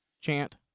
chant